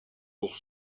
pour